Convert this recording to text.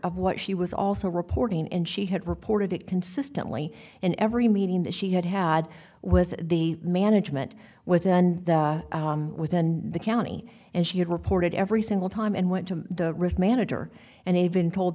of what she was also reporting and she had reported it consistently in every meeting that she had had with the management within and within the county and she had reported every single time and went to the risk manager and even told